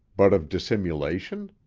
but of dissimulation?